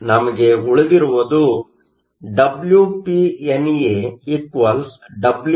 ನಮಗೆ ಉಳಿದಿರುವುದು WpNAWnND